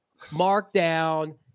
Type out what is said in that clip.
markdown